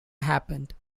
happened